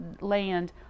land